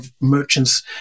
merchants